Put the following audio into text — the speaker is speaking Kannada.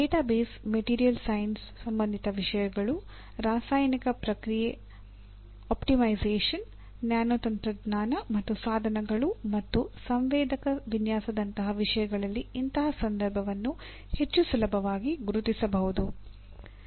ಡೇಟಾಬೇಸ್ ಮೆಟೀರಿಯಲ್ ಸೈನ್ಸ್ ಸಂಬಂಧಿತ ವಿಷಯಗಳು ರಾಸಾಯನಿಕ ಪ್ರಕ್ರಿಯೆ ಆಪ್ಟಿಮೈಸೇಶನ್ ಮತ್ತು ಸಾಧನಗಳು ಮತ್ತು ಸಂವೇದಕ ವಿನ್ಯಾಸದಂತಹ ವಿಷಯಗಳಲ್ಲಿ ಇಂತಹ ಸಂದರ್ಭವನ್ನು ಹೆಚ್ಚು ಸುಲಭವಾಗಿ ಗುರುತಿಸಬಹುದು